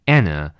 Anna